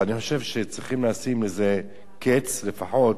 אבל אני חושב שצריכים לשים לזה קץ, לפחות